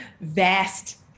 vast